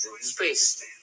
space